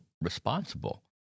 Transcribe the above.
responsible